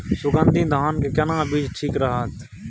सुगन्धित धान के केना बीज ठीक रहत?